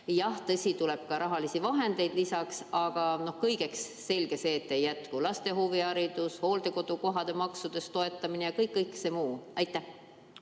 Jah, tõsi, tuleb ka rahalisi vahendeid lisaks, aga kõigeks, selge see, ei jätku: laste huviharidus, hooldekodukohtade maksetes toetamine ja kõik see muu. Suur